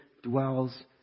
dwells